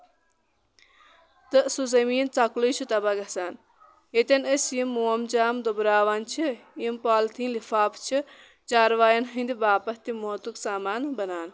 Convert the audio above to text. تہٕ سُہ زمیٖن ژۄکلُے چھُ تَباہ گژھان ییٚتٮ۪ن أسۍ یہِ مومجامہٕ دُبراوان چھِ یِم پالیٖتھیٖن لِفافہٕ چھِ چارواین ۂندِ باپَتھ تہِ موتُک سامان بَنان